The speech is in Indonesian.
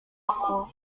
aku